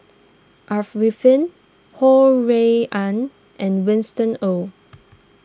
Ho Rui An and Winston Oh